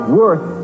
worth